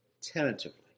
tentatively